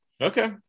Okay